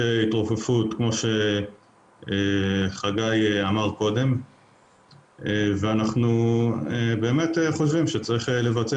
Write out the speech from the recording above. כמו שחגי לוין אמר קודם יש התרופפות ואנחנו חושבים שצריך לבצע